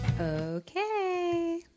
Okay